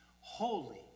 holy